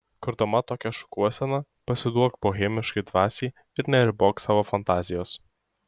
kurdama tokią šukuoseną pasiduok bohemiškai dvasiai ir neribok savo fantazijos